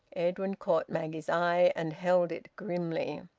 edwin caught maggie's eye, and held it grimly.